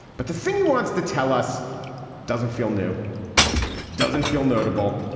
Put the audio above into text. but the thing he wants to tell us doesn't feel new doesn't feel notable.